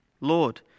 Lord